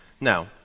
Now